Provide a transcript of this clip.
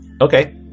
Okay